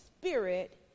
spirit